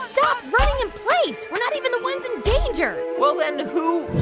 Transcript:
stop running in place. we're not even the ones in danger well, then who